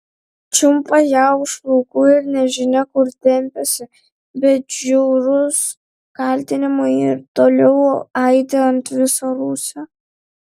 čiumpa ją už plaukų ir nežinia kur tempiasi bet žiaurūs kaltinimai ir toliau aidi ant viso rūsio